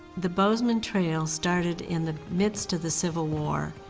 the bozeman trail started in the midst of the civil war,